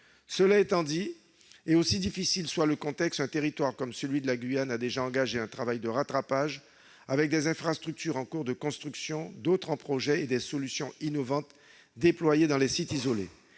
régionale. Aussi difficile soit le contexte, un territoire comme la Guyane a déjà engagé un travail de rattrapage, avec des infrastructures en cours de construction, d'autres en projet et des solutions innovantes déployées sur les sites isolés.